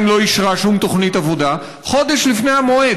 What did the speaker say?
לא אישרה שום תוכנית עבודה חודש לפני המועד,